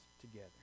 together